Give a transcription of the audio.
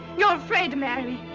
you're afraid to marry me.